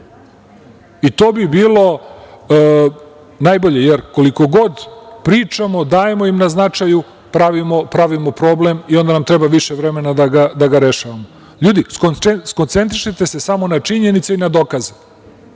To bi bilo najbolje, jer koliko god pričamo dajemo im na značaju, pravimo problem i onda nam treba više vremena da ga rešavamo. Ljudi, skoncentrišite se samo na činjenice i na dokaze.